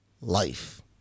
life